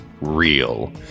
real